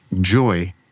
joy